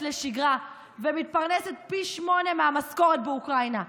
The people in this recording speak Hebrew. לשגרה ומתפרנסת פי שמונה מהמשכורת באוקראינה.